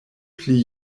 pli